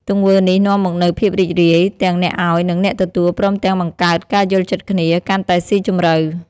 ទង្វើនេះនាំមកនូវ ភាពរីករាយ ទាំងអ្នកឱ្យ និងអ្នកទទួល ព្រមទាំងបង្កើត ការយល់ចិត្តគ្នា កាន់តែស៊ីជម្រៅ។